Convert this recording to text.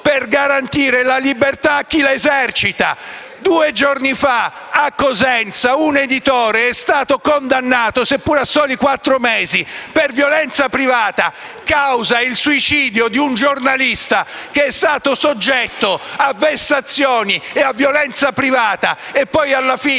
per garantire la libertà a chi l'esercita. Due giorni fa a Cosenza un editore è stato condannato, seppure a soli quattro mesi, per violenza privata causa il suicidio di un giornalista che è stato soggetto a vessazioni di ogni genere e poi, alla fine,